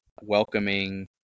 welcoming